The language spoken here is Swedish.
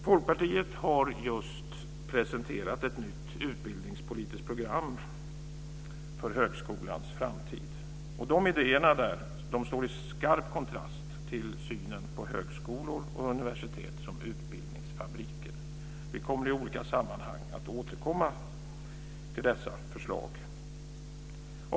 Folkpartiet har just presenterat ett nytt utbildningspolitiskt program för högskolans framtid. Idéerna där står i skarp kontrast till synen på högskolor och universitet som utbildningsfabriker. Vi kommer i olika sammanhang att återkomma till dessa förslag. Fru talman!